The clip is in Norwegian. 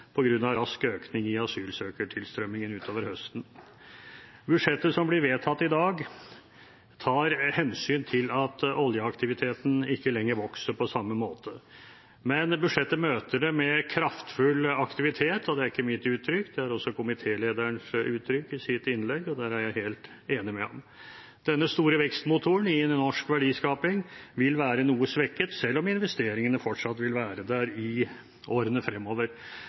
av rask økning i asylsøkertilstrømmingen utover høsten. Budsjettet som blir vedtatt i dag, tar hensyn til at oljeaktiviteten ikke lenger vokser på samme måte, men budsjettet møter det med kraftfull aktivitet. Det er ikke mitt uttrykk, det er også komitélederens uttrykk, i hans innlegg, og der er jeg helt enig med ham. Denne store vekstmotoren i norsk verdiskaping vil være noe svekket, selv om investeringene fortsatt vil være der i årene fremover.